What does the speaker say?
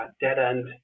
dead-end